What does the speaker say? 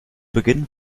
beginn